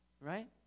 right